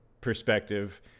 perspective